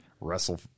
wrestle